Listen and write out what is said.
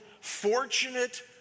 fortunate